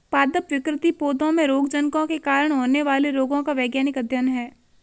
पादप विकृति पौधों में रोगजनकों के कारण होने वाले रोगों का वैज्ञानिक अध्ययन है